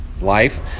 life